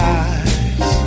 eyes